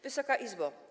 Wysoka Izbo!